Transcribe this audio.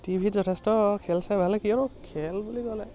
TV ত যথেষ্ট খেল চাই ভালে কিয়নো খেল বুলি ক'লে